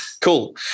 Cool